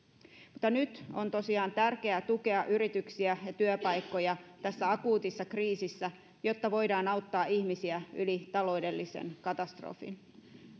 mutta nyt on tosiaan tärkeää tukea yrityksiä ja työpaikkoja tässä akuutissa kriisissä jotta voidaan auttaa ihmisiä yli taloudellisen katastrofin